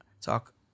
talk